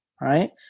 right